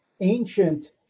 ancient